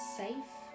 safe